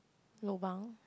lobang